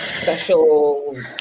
special